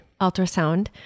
ultrasound